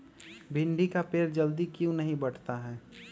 भिंडी का पेड़ जल्दी क्यों नहीं बढ़ता हैं?